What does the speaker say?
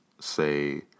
say